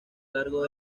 largo